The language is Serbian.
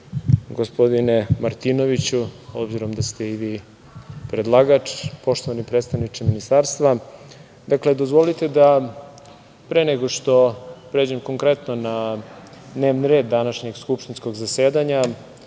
gospodine Martinović, obzirom da ste i vi predlagač, poštovani predstavniče ministarstva, dakle, dozvolite da pre nego što pređem konkretno na dnevni red današnjeg skupštinskog zasedanja,